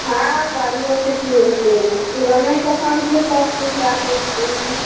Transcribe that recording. हँ काजूओ किशमिश छै किराने दोकानके सबकिछु राखैत छी